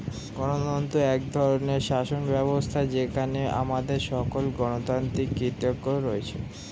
গণতন্ত্র এক ধরনের শাসনব্যবস্থা যেখানে আমাদের সকল গণতান্ত্রিক কর্তৃত্ব রয়েছে